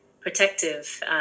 protective